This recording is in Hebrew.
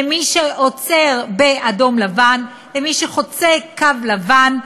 למי שעוצר באדום-לבן, למי שחוצה קו לבן?